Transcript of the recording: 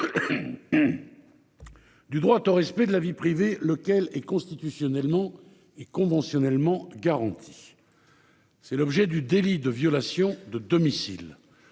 Du droit au respect de la vie privée, lequel est constitutionnellement et conventionnellement garantie. C'est l'objet du délit de violation de domicile.